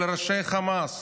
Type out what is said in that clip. ועל ראשי חמאס.